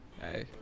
Hey